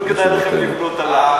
לא כדאי לכם לבנות עלי.